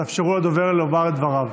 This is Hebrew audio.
וזו תופעה,